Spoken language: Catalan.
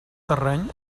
terreny